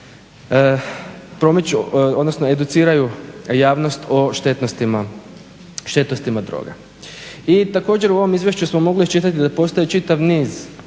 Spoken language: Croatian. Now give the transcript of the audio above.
odnosno educiraju javnost o štetnostima droga. I tako u ovom izvješću smo mogli iščitati da postoji čitav niz